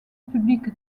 publique